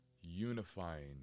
unifying